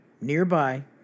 nearby